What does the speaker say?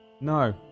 No